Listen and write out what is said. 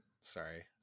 sorry